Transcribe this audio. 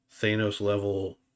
Thanos-level